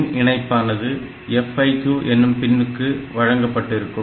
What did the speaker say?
மின் இணைப்பானது FIQ எனும் பின்னுக்கு வழங்கப்பட்டிருக்கும்